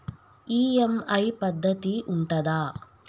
EMI పద్ధతి ఉంటదా?